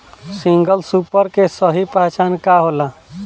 Single super के सही पहचान का होला?